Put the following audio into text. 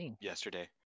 yesterday